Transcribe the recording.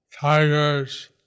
Tigers